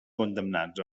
condemnats